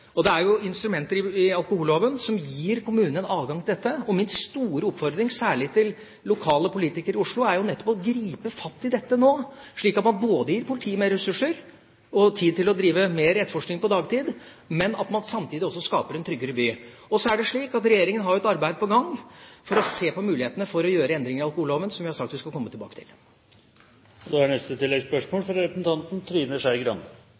Det er instrumenter i alkoholloven som gir kommunene adgang til dette, og min store oppfordring, særlig til lokale politikere i Oslo, er nettopp å gripe fatt i dette nå, slik at man gir politiet mer ressurser og tid til å drive mer etterforskning på dagtid, men at man samtidig også skaper en tryggere by. Så har regjeringa et arbeid på gang for å se på mulighetene for å gjøre endringer i alkoholloven, som vi har sagt at vi skal komme tilbake til. Representanten Trine Skei Grande – til oppfølgingsspørsmål. Jeg vil først si at jeg er